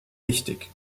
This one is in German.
wichtig